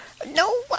No